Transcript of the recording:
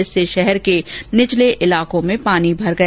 इससे शहर के निचले इलाकों में पानी भर गया